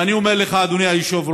ואני אומר לך, אדוני היושב-ראש,